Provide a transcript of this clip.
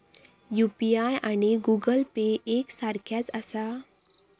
UPI आणि Google Pay एक सारख्याच आसा?